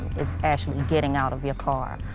it's actually getting out of your car,